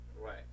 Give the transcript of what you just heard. Right